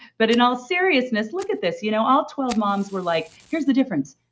but in all seriousness, look at this you know all twelve moms were like. here's the difference.